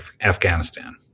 Afghanistan